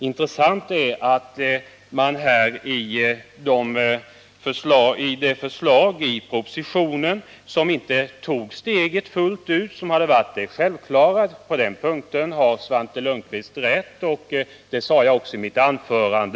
Det är intressant att notera att man i propositionen inte tog steget fullt ut, vilket hade varit den självklara åtgärden — på den punkten har Svante Lundkvist rätt —, och det sade jag också i mitt anförande.